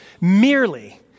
merely